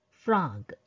frog